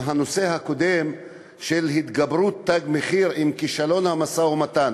הנושא הקודם של התגברות "תג מחיר" לכישלון המשא-ומתן.